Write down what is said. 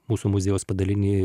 mūsų muziejaus padaliny